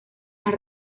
las